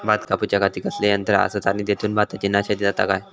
भात कापूच्या खाती कसले यांत्रा आसत आणि तेतुत भाताची नाशादी जाता काय?